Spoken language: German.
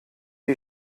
die